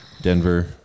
Denver